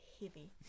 heavy